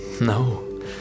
No